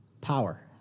power